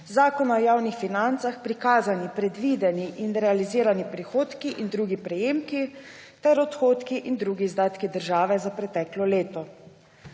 Zakona o javnih financah prikazani predvideni in realizirani prihodki in drugi prejemki ter odhodki in drugi izdatki države za preteklo leto.